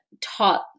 taught